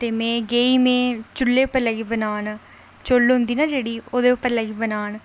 ते में गेई में चु'ल्ले पर लगी बनान चु'ल्ल होंदी ना जेह्ड़ी ओह्दे पर लगी बनान